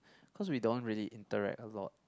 cause we don't really interact a lot